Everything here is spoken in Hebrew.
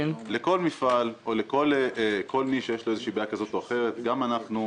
לכל מפעל או לכל נישה שיש לו בעיה כזאת או אחרת גם אנחנו,